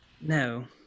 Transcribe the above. No